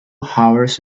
hours